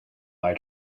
eye